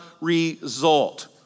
result